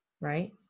right